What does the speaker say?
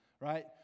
right